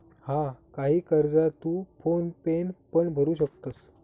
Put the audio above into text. हा, काही कर्जा तू फोन पेन पण भरू शकतंस